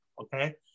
okay